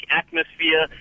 atmosphere